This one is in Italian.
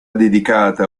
dedicata